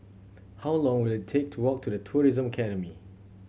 how long will it take to walk to The Tourism Academy